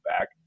back